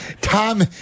Tom